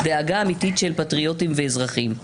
דאגה אמיתית של פטריוטים ואזרחים.